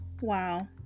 Wow